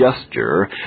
gesture